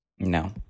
No